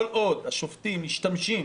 כל עוד השופטים משתמשים